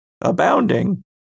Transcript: abounding